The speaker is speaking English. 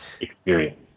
experience